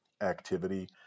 activity